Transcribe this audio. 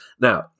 Now